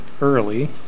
early